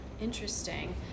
Interesting